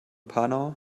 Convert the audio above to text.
panau